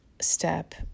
step